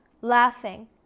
laughing